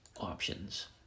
options